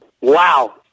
Wow